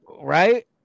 right